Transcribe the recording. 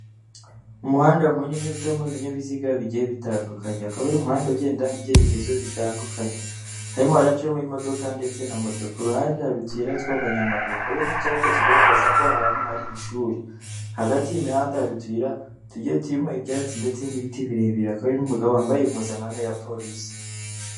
Umuhanda munini ucamo ibinyabiziga bigiye bitandukanye akaba ari umuhanda ugenda mu byerekezo bitandukanye, harimo haracamo imodoka ndetse na moto, ku ruhande hari utuyira tw'abanyamaguru, hakaba n'icyapa kigaragaza ko aho hantu hari ishuri, hagati y'imihanda hari utuyira tugiye turimo ibyatsi ndetse n'ibiti birebire, hakaba hari n'umugabo wambaye impuzankano ya Polisi.